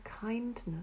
kindness